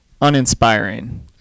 uninspiring